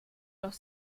doch